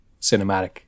cinematic